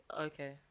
Okay